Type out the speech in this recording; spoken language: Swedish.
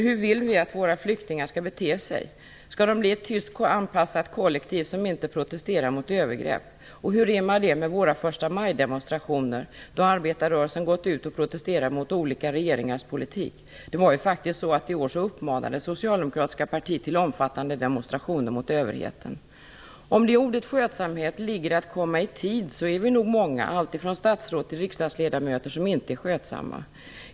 Hur vill vi att våra flyktingar skall bete sig? Skall de bli ett tyst och anpassat kollektiv som inte protesterar mot övergrepp? Hur är man det med tanke på våra förstamajdemonstrationer, då arbetarrörelsen gått ut och protesterat mot olika regeringars politik? I år uppmanade faktiskt socialdemokratiska partiet till omfattande demonstrationer mot överheten. Om det i ordet "skötsamhet" ligger att komma i tid är vi nog många, alltifrån statsråd till riksdagsledamöter, som inte är skötsamma.